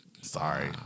Sorry